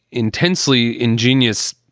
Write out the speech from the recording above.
intensely ingenious,